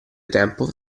tempo